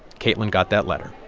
kaitlyn got that letter.